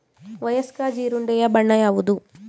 ವಯಸ್ಕ ಜೀರುಂಡೆಯ ಬಣ್ಣ ಯಾವುದು?